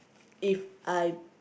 If I